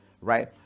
right